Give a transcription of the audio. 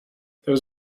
there